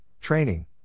training